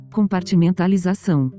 Compartimentalização